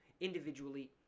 individually